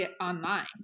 online